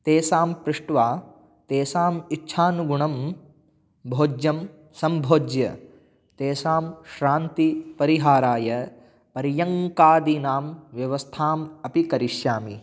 तेषां पृष्ट्वा तेषाम् इच्छानुगुणं भोज्यं सम्भोज्य तेषां श्रान्तिपरिहाराय पर्यङ्कादीनां व्यवस्थाम् अपि करिष्यामि